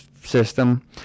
system